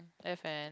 F and